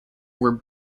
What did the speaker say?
were